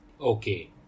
Okay